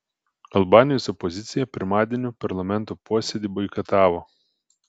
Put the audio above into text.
albanijos opozicija pirmadienio parlamento posėdį boikotavo